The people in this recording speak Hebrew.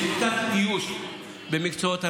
יש תת-איוש במקצועות הרווחה.